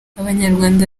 abanyarwanda